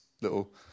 little